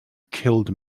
killed